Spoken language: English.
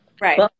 right